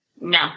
No